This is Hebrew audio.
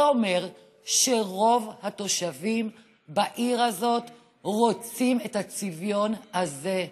זה אומר שרוב התושבים בעיר הזאת רוצים את הצביון הזה.